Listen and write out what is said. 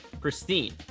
pristine